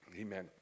Amen